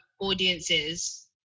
audiences